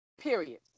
period